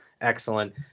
Excellent